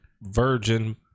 Virgin